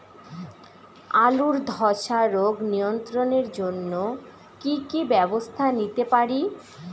আলুর ধ্বসা রোগ নিয়ন্ত্রণের জন্য কি কি ব্যবস্থা নিতে পারি?